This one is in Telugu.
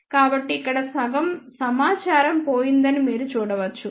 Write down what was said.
కాబట్టి ఇక్కడ సగం సమాచారం పోయిందని మీరు చూడవచ్చు